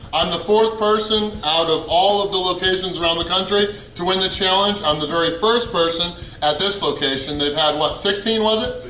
i'm the fourth person out of all of the locations around the country to win the challenge. i'm the very first person at this location. they've had what sixteen, was it?